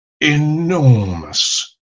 enormous